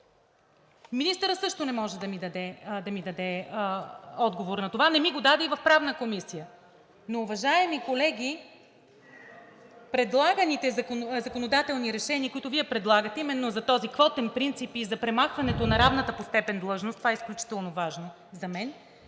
министърът също не може да ми даде отговор на това. Не ми го даде и в Правната комисия. Но, уважаеми колеги, предлаганите законодателни решения, които Вие правите, а именно за този квотен принцип и за премахването на равната по степен длъжност – това е изключително важно за мен